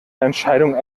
entscheidung